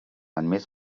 admet